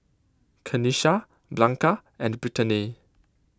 Kenisha Blanca and Brittnay